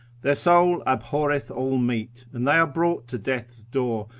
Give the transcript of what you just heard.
their soul abhorreth all meat, and they are brought to death's door,